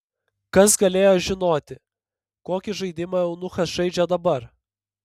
kas galėjo žinoti kokį žaidimą eunuchas žaidžia dabar